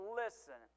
listen